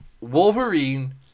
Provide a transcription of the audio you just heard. Wolverine